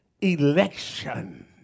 election